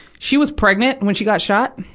she was pregnant when she got shot.